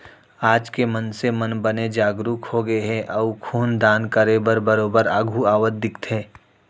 आज के मनसे मन बने जागरूक होगे हे अउ खून दान करे बर बरोबर आघू आवत दिखथे